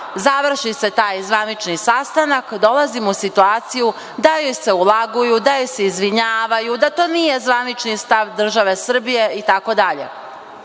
završi se taj zvanični sastanak, dolazim u situaciju da joj se ulaguju, da joj se izvinjavaju, da to nije zvanični stav države Srbije, itd. Mi